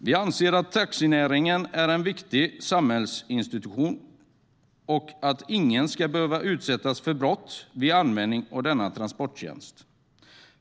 Vi anser att taxinäringen är en viktig samhällsinstitution och att ingen ska behöva utsättas för brott vid användning av denna transporttjänst.